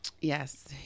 Yes